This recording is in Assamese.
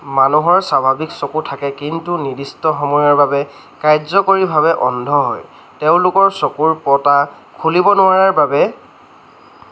মানুহৰ স্বাভাৱিক চকু থাকে কিন্তু নিৰ্দিষ্ট সময়ৰ বাবে কাৰ্যকৰীভাৱে অন্ধ হয় তেওঁলোকৰ চকুৰ পতা খুলিব নোৱাৰাৰ বাবে